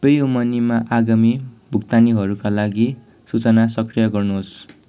PayU मनीमा आगामी भुक्तानीहरूका लागि सूचना सक्रिय गर्नुहोस्